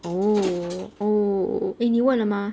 oh oh eh 你问了吗